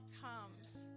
comes